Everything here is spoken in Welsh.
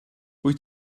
wyt